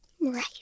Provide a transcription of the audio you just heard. Right